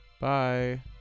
Bye